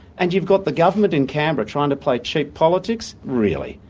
and you've got the government in canberra trying to play cheap politics. really,